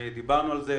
דיברנו על זה,